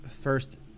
first